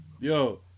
Yo